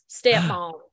stepmom